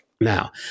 Now